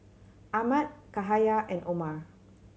Ahmad Cahaya and Omar